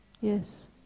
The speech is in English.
Yes